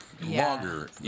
Longer